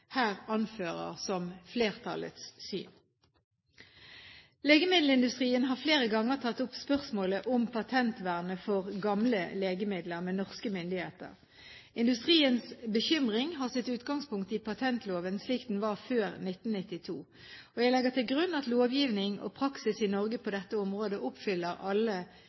her anfører som flertallets syn. Legemiddelindustrien har flere ganger tatt opp spørsmålet om patentvernet for gamle legemidler med norske myndigheter. Industriens bekymring har sitt utgangspunkt i patentloven slik den var før 1992. Jeg legger til grunn at lovgivning og praksis i Norge på dette området oppfyller alle